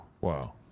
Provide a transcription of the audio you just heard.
Wow